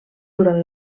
durant